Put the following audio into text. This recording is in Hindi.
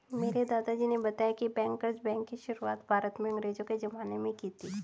मेरे दादाजी ने बताया की बैंकर्स बैंक की शुरुआत भारत में अंग्रेज़ो के ज़माने में की थी